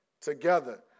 together